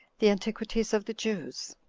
the antiquities of the jews